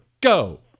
go